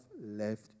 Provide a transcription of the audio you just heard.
left